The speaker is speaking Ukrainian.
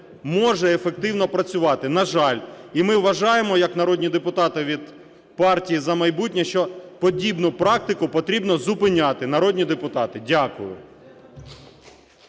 може ефективно працювати, на жаль. І ми вважаємо як народні депутати від "Партії "За майбутнє", що подібну практику потрібно зупиняти, народні депутати. Дякую.